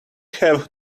have